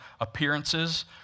appearances